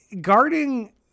Guarding